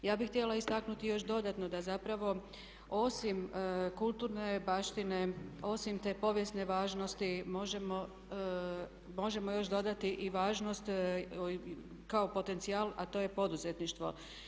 Ja bih htjela istaknuti još dodatno da zapravo osim kulturne baštine, osim te povijesne važnosti možemo još dodati i važnost kao potencijal a to je poduzetništvo.